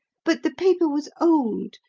but the paper was old,